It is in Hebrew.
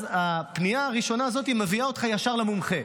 אז הפנייה הראשונה הזאת מביאה אותך ישר למומחה.